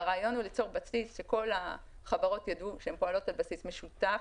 והרעיון הוא ליצור בסיס שכל החברות ידעו שהן פועלות על בסיס משותף,